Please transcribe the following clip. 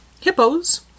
Hippos